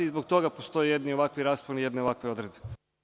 Zbog toga postoje ovakvi rasponi jedne ovakve odredbe.